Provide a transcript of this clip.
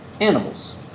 Animals